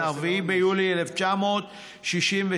4 ביוני 1967,